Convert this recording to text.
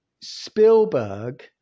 Spielberg